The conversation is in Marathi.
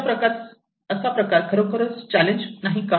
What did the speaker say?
असा प्रकार खरोखर चॅलेंज नाही का